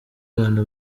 rwanda